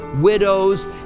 widows